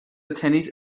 تنیس